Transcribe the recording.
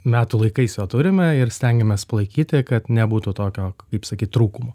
metų laikais jo turime ir stengiamės palaikyti kad nebūtų tokio kaip sakyt trūkumo